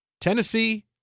Tennessee